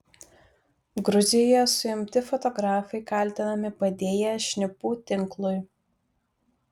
gruzijoje suimti fotografai kaltinami padėję šnipų tinklui